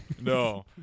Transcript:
no